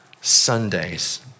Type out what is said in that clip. Sundays